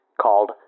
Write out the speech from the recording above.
called